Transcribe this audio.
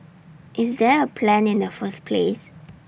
is there A plan in the first place